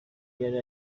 yari